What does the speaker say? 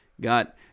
Got